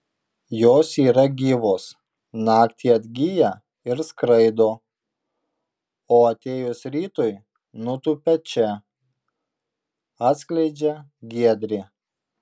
jos yra gyvos naktį atgyja ir skraido o atėjus rytui nutūpia čia atskleidžia giedrė